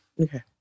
Okay